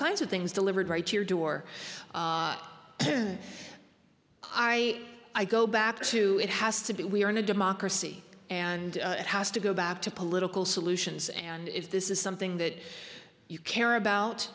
kinds of things delivered right to your door i i go back to it has to be we're in a democracy and it has to go back to political solutions and if this is something that you care about